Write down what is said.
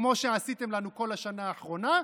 כמו שעשיתם לנו בכל השנה האחרונה,